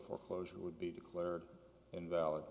foreclosure would be declared invalid